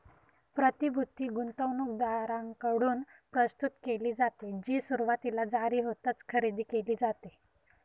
प्रतिभूती गुंतवणूकदारांकडून प्रस्तुत केली जाते, जी सुरुवातीला जारी होताच खरेदी केली जाते